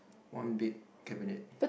one big cabinet